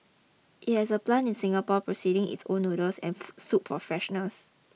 it has a plant in Singapore processing its own noodles and soup for freshness